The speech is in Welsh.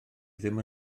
ddim